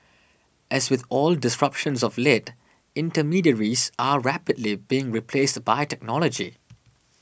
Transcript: as with all disruptions of late intermediaries are rapidly being replaced by technology